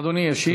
אדוני ישיב.